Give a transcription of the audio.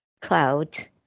clouds